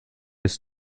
ist